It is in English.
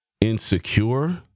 insecure